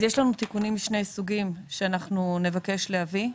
תיקונים משני סוגים שנבקש להביא.